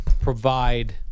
provide